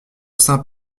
saint